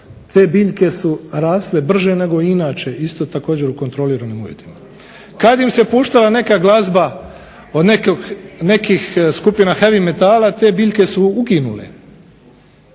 te biljke su rasle brže nego inače, isto također u kontroliranim uvjetima. Kada im se puštala neka glazba nekih skupina heavy metala te biljke su uginule.